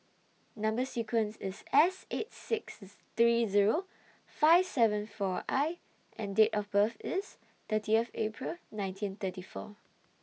Number sequence IS S eight six three Zero five seven four I and Date of birth IS thirtieth April nineteen thirty four